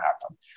happen